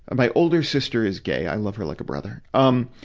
ah my older sister is gay i love her like a brother. um